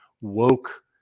woke